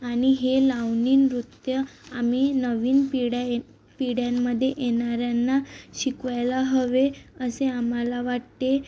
आणि हे लावणी नृत्य आम्ही नवीन पिढ्या ए पिढ्यांमध्ये येणाऱ्यांना शिकवायला हवे असे आम्हाला वाटते